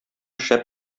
шәп